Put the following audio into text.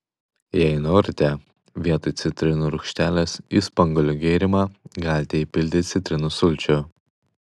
jei norite vietoj citrinų rūgštelės į spanguolių gėrimą galite įpilti citrinų sulčių